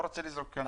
לא רוצה לזרוק כאן.